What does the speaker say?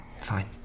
Fine